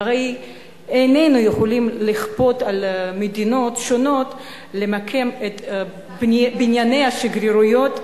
והרי איננו יכולים לכפות על מדינות שונות למקם את בנייני השגרירות,